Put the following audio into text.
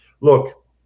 Look